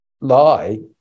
lie